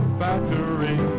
factory